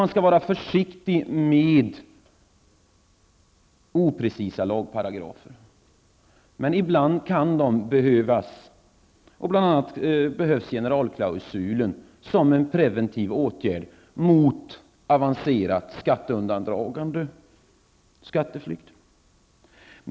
Man skall nog vara försiktig med oprecisa lagparagrafer, men ibland kan sådana behövas. Generalklausulen behövs som en preventiv åtgärd mot avancerat skatteundandragande och avancerad skatteflykt.